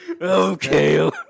Okay